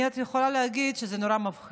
אני רק יכולה להגיד שזה מאוד מפחיד.